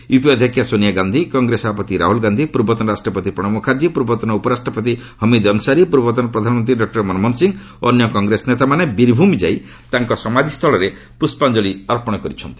UPA ଅଧ୍ୟକ୍ଷା ସୋନିଆ ଗାନ୍ଧି କଂଗ୍ରେସ ସଭାପତି ରାହୁଲ ଗାନ୍ଧୀ ପୂର୍ବତନ ରାଷ୍ଟ୍ରପତି ପ୍ରଣବ ମୁଖାର୍ଚ୍ଚୀ ପୂର୍ବତନ ଉପରାଷ୍ଟ୍ରପତି ହମିଦ୍ ଅନ୍ସାରୀ ପୂର୍ବତନ ପ୍ରଧାନମନ୍ତ୍ରୀ ଡକ୍ଟର ମନମୋହନ ସିଂ ଓ ଅନ୍ୟ କଂଗ୍ରେସ ନେତାମାନେ ବୀରଭ୍ ମି ଯାଇ ତାଙ୍କ ସମାଧୂସ୍ଥଳରେ ପୁଷ୍ପାଞ୍ଜଳି ଅର୍ପଣ କରିଛନ୍ତି